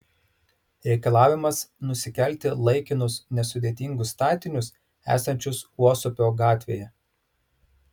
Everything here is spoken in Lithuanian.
reikalavimas nusikelti laikinus nesudėtingus statinius esančius uosupio gatvėje